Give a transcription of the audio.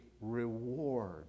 reward